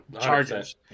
Chargers